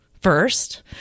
first